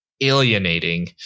alienating